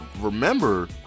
Remember